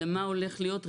אלא מה הולך להיות,